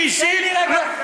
תן לי רגע,